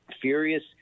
Furious